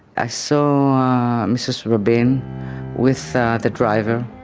i saw mrs. rabin with the driver.